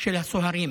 של הסוהרים.